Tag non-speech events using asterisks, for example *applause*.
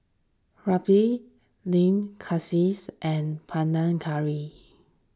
Raita Lamb *unintelligible* and Panang Curry